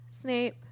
Snape